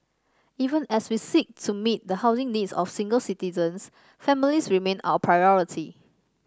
even as we seek to meet the housing needs of single citizens families remain our priority